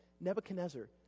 Nebuchadnezzar